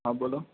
હા બોલો